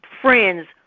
friends